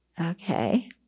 Okay